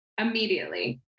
Immediately